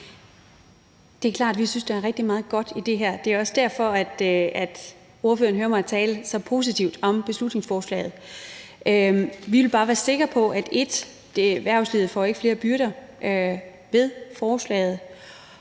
Det er klart, at vi synes, der er rigtig meget godt i det her. Det er også derfor, at ordføreren hører mig tale så positivt om beslutningsforslaget. Vi vil bare være sikre på, at erhvervslivet ikke får flere byrder ved forslaget,